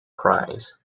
prize